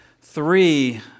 three